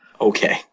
Okay